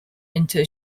into